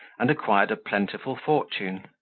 and acquired a plentiful fortune,